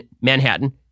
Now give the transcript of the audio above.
Manhattan